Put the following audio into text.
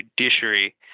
judiciary